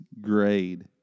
grade